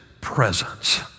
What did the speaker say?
presence